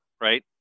right